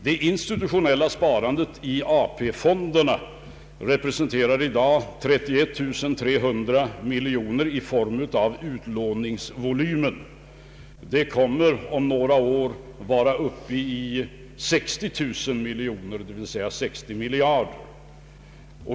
Det institutionella sparandet i AP fonderna representerar i dag 31300 miljoner kronor i utlåningsvolym. Det kommer att om några år vara uppe i 60 000 miljoner kronor, d.v.s. 60 miljarder.